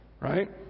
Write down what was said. right